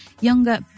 younger